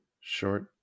short